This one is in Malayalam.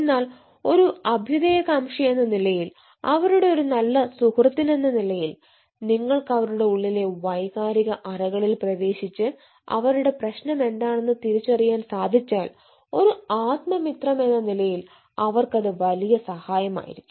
എന്നാൽ ഒരു അഭ്യുദയകാംക്ഷിയെന്ന നിലയിൽ അവരുടെ ഒരു നല്ല സുഹൃത്തിനെന്ന നിലയിൽ നിങ്ങൾക്ക് അവരുടെ ഉള്ളിലെ വൈകാരിക അറകളിൽ പ്രവേശിച്ച് അവരുടെ പ്രശനം എന്താണ് എന്ന് തിരിച്ചറിയാൻ സാധിച്ചാൽ ഒരു ആത്മ മിത്രം എന്ന നിലയിൽ അവർക്ക് അത് വലിയസഹായമായിരിക്കും